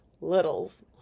littles